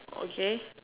okay